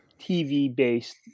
TV-based